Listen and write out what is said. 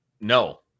no